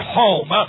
home